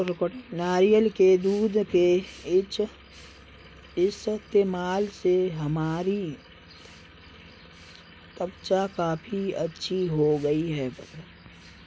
नारियल के दूध के इस्तेमाल से हमारी त्वचा काफी अच्छी हो गई है